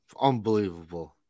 unbelievable